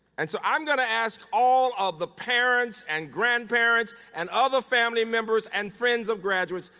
and so i'm going to ask all of the parents and grandparents and other family members and friends of graduates,